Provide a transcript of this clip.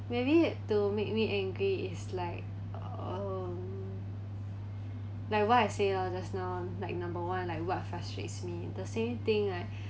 maybe to make me angry is like um like what I said lah just now like number one like what frustrates me the same thing I